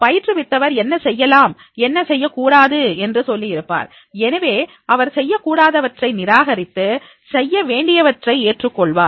பயிற்றுவித்தவர் என்ன செய்யலாம் என்ன செய்யக்கூடாது என்று சொல்லியிருப்பார் எனவே அவர் செய்யக்கூடாதவற்றை நிராகரித்து செய்ய வேண்டியவற்றை ஏற்றுக்கொள்வார்